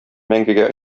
мәңгегә